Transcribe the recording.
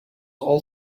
all